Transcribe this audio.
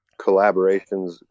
collaborations